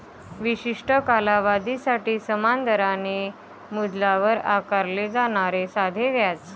विशिष्ट कालावधीसाठी समान दराने मुद्दलावर आकारले जाणारे साधे व्याज